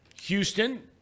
Houston